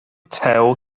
tew